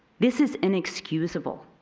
this is inexcusable.